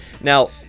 Now